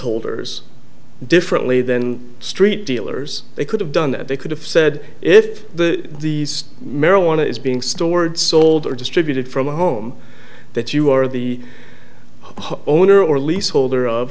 holders differently than street dealers they could have done that they could have said if the these marijuana is being stored sold or distributed from a home that you are the home owner or leaseholder of